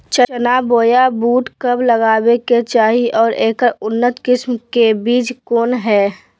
चना बोया बुट कब लगावे के चाही और ऐकर उन्नत किस्म के बिज कौन है?